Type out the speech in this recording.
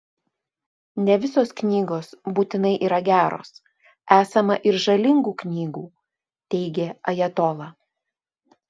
ne visos knygos būtinai yra geros esama ir žalingų knygų teigė ajatola